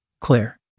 Claire